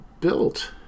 built